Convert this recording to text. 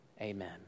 Amen